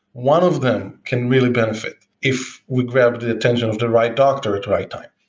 one of them can really benefit if we grab the attention of the right doctor at right time.